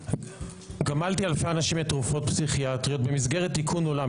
גמלתי אלפי אנשים מתרופות פסיכיאטריות במסגרת תיקון עולם.